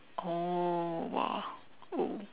oh !wah! oh